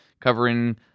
covering